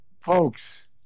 folks